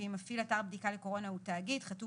ואם מפעיל אתר הבדיקה לקורונה הוא תאגיד חתום